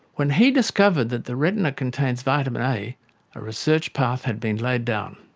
when he discovered that the retina contains vitamin a a research path had been laid down.